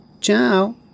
Ciao